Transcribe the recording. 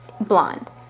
Blonde